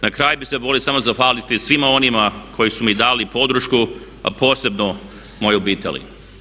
Na kraju bih se volio samo zahvaliti svima onima koji su mi dali podršku a posebno mojoj obitelji.